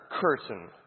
curtain